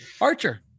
Archer